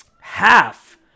half